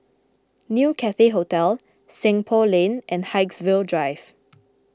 New Cathay Hotel Seng Poh Lane and Haigsville Drive